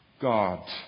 God